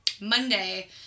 Monday